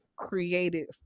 created